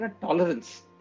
tolerance